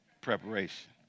preparation